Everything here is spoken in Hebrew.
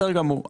בסדר גמור.